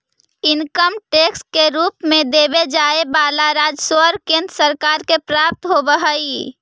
income tax के रूप में देवे जाए वाला राजस्व केंद्र सरकार के प्राप्त होव हई